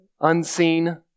unseen